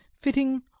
fitting